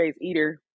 eater